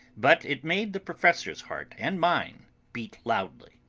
but it made the professor's heart and mine beat loudly.